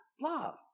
love